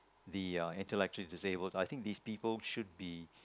the uh intellectually disabled I think these people should be